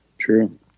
true